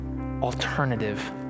alternative